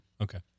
okay